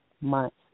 months